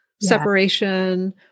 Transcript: separation